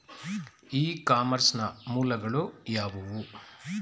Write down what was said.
E commerce ನ ಮೂಲಗಳು ಯಾವುವು?